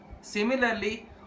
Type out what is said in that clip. Similarly